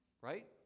right